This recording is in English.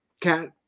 cat